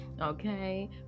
okay